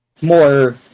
more